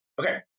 okay